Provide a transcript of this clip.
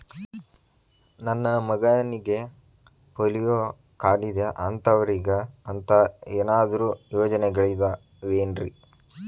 ನನ್ನ ಮಗನಿಗ ಪೋಲಿಯೋ ಕಾಲಿದೆ ಅಂತವರಿಗ ಅಂತ ಏನಾದರೂ ಯೋಜನೆಗಳಿದಾವೇನ್ರಿ?